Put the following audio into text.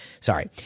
Sorry